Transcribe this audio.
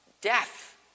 death